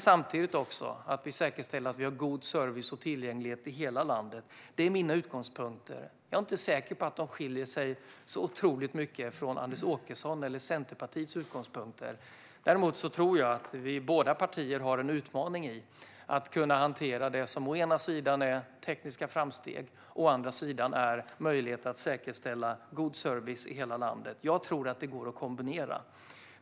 Samtidigt är det viktigt att vi säkerställer att vi har god service och tillgänglighet i hela landet. Detta är mina utgångspunkter. Jag är inte säker på att de skiljer sig så mycket från Anders Åkessons och Centerpartiets utgångspunkter. Jag tror dock att båda våra partier har en utmaning i att hantera å ena sidan tekniska framsteg, å andra sidan möjligheten att säkerställa god service i hela landet. Jag tror att det går att kombinera.